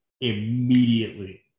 immediately